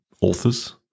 authors